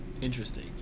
Interesting